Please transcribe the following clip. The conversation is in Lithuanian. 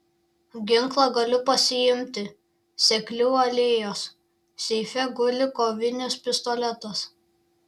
ginklą galiu pasiimti seklių alėjos seife guli kovinis pistoletas